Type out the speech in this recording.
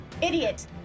idiot